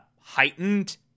heightened